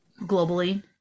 globally